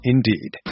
Indeed